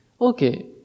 okay